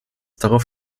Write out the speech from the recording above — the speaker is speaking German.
darauf